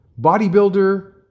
bodybuilder